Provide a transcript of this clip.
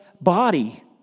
body